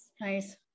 Nice